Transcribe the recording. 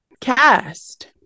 cast